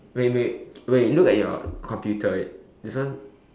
wait wait wait look at your computer there's one